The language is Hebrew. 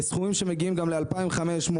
בסכומים שמגיעים גם ל-2,500,